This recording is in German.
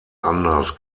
anders